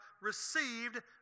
received